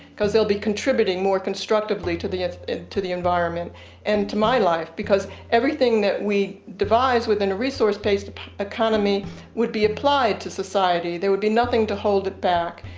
because they'll be contributing more constructively to the to the environment and to my life. because everything that we devise within a resource based economy would be applied to society, there would be nothing to hold it back.